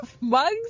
mugs